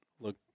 look